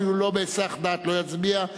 ואפילו לא בהיסח דעת לא יצביע: